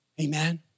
Amen